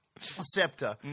scepter